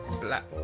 Black